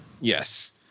yes